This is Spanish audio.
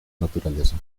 naturaleza